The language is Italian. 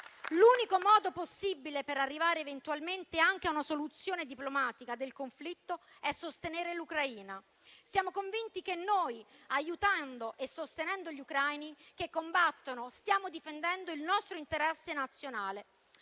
L'unico modo possibile per arrivare a una soluzione diplomatica del conflitto è sostenere l'Ucraina. Siamo convinti che, aiutando e sostenendo gli ucraini che combattono, stiamo difendendo il nostro interesse nazionale.